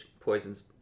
poisons